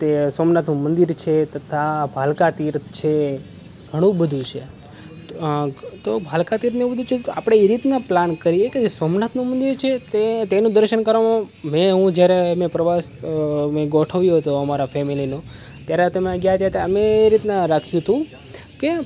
તે સોમનાથનું મંદિર છે તથા ભાલકા તીર્થ છે ઘણું બધું છે તો ભાલકા તીર્થને એ બધું જો આપણે એ રીતના પ્લાન કરીએ કે સોમનાથનું મંદિર છે તે તેનું દર્શન કરવામાં મે હું જ્યારે મેં પ્રવાસ મેં ગોઠવ્યો હતો અમારા ફેમિલીનો ત્યારે તમે ગયા હતા અમે એ રીતના રાખ્યું હતું કે